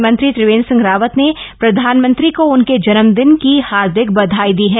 मुख्यमंत्री त्रिवेन्द्र सिंह रावत ने प्रधानमंत्री को उनके जन्मदिन की हार्दिक बधाई दी है